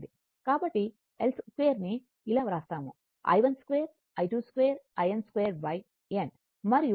కాబట్టి I 2 ని ఇలా వ్రాస్తాము i1 2 I2 2 in 2n మరియు అందువల్ల i √ i1 2 I2